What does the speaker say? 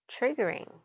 triggering